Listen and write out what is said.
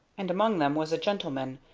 and among them was a gentleman,